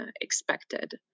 expected